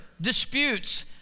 disputes